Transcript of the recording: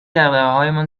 دغدغههایمان